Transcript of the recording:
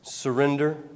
Surrender